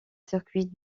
circuit